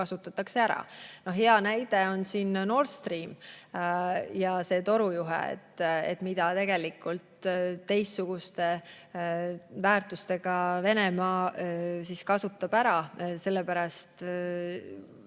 kasutatakse ära. Hea näide on siin Nord Stream, see torujuhe, mida tegelikult teistsuguste väärtustega Venemaa kasutab ära, sellepärast